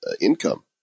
income